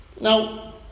Now